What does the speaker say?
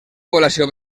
població